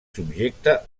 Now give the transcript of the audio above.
subjecte